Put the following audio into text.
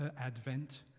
advent